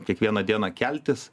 kiekvieną dieną keltis